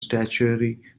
statutory